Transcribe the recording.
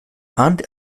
ahnt